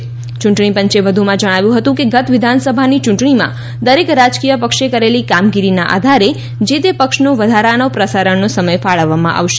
યુંટણી પંચે વધુમાં જણાવ્યું હતું કે ગત વિધાનસભાની યુંટણીમાં દરેક રાજકીય પક્ષે કરેલી કામગીરીના આધારે જે તે પક્ષનો વધારાના પ્રસારણનો સમય ફાળવવામાં આવશે